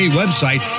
website